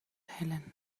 helen